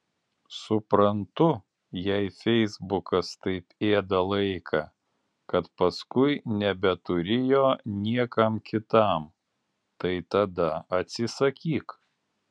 suprantu jei feisbukas taip ėda laiką kad paskui nebeturi jo niekam kitam tai tada atsisakyk